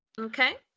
Okay